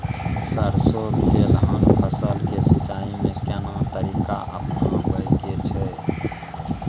सरसो तेलहनक फसल के सिंचाई में केना तरीका अपनाबे के छै?